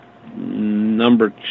Number